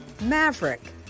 Maverick